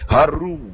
Haru